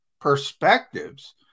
perspectives